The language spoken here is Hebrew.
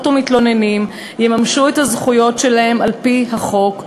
ומתלוננים יממשו את הזכויות שלהם על-פי החוק,